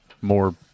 more